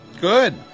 good